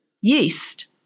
Yeast